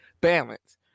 balance